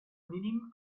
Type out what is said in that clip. mínim